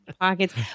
pockets